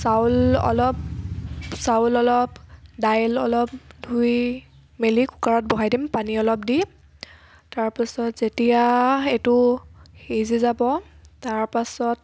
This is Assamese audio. চাউল অলপ চাউল অলপ দাইল অলপ ধুই মেলি কুকাৰত বহাই দিম পানী অলপ দি তাৰপিছত যেতিয়া এইটো সিজি যাব তাৰপাছত